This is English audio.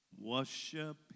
Worship